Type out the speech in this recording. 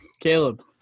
Caleb